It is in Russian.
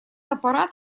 аппарат